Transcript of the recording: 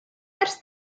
ers